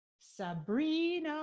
sabrina,